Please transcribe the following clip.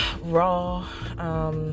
raw